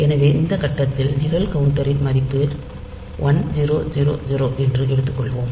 எனவே இந்த கட்டத்தில் நிரல் கவுண்டரின் மதிப்பு 1000 என்று எடுத்துக்கொள்வோம்